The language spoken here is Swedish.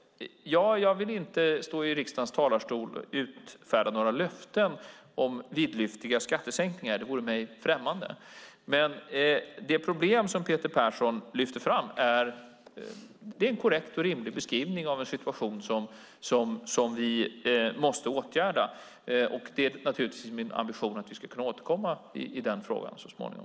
Jag vill inte stå i riksdagens talarstol och utfärda några löften om vidlyftiga skattesänkningar - det vore mig främmande. Men det problem som Peter Persson lyfter fram är en korrekt och rimlig beskrivning av en situation som vi måste åtgärda, och det är naturligtvis min ambition att vi ska kunna återkomma i den frågan så småningom.